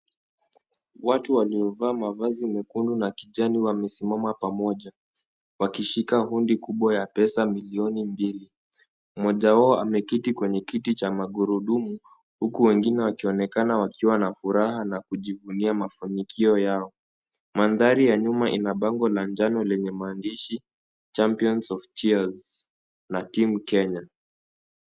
Watu waliovaa mavazi mekundu na kijani wamesimama pamoja, wakishika hundi kubwa ya pesa, milioni mbili. Mmoja wao ameketi kwenye kiti cha magurudumu, huku wengine wakionekana wakiwa na furaha na kujivunia mafanikio yao. Mandhari ya nyuma ina bango la njano lenye maandishi champions of cheers la Team Kenya.